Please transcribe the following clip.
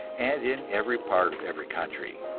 and in every part of every country.